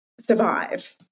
survive